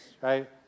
right